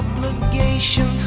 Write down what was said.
Obligation